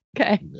Okay